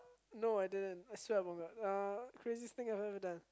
no I didn't I swear I [oh]-my-god uh craziest thing I have ever done